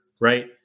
Right